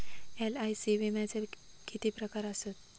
LIC विम्याचे किती प्रकार आसत?